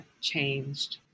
changed